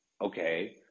Okay